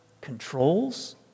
controls